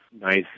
Nice